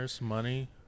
Money